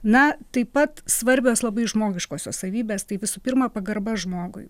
na taip pat svarbios labai žmogiškosios savybės tai visų pirma pagarba žmogui